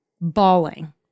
bawling